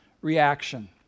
reaction